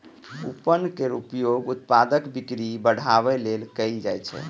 coupon केर उपयोग उत्पादक बिक्री बढ़ाबै लेल कैल जाइ छै